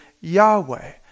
Yahweh